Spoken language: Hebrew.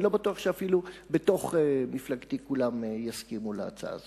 אני לא בטוח שאפילו בתוך מפלגתי כולם יסכימו להצעה הזאת,